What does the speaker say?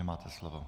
Máte slovo.